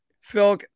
Phil